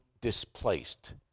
displaced